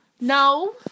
No